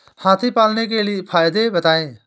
हाथी पालने के फायदे बताए?